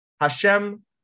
Hashem